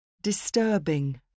Disturbing